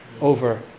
over